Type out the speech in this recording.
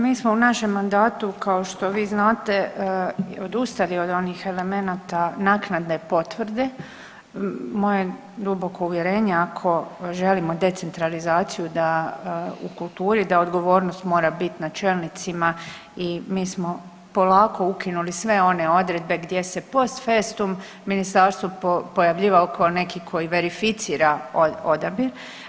Mi smo u našem mandatu kao što vi znate odustali od onih elemenata naknade potvrde, moje duboko uvjerenje ako želimo decentralizaciju da u kulturi da odgovornost mora bit na čelnicima i mi smo polako ukinuli sve one odredbe gdje se post festum ministarstvo pojavljivao ko neki koji verificira odabir.